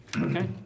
Okay